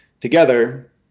together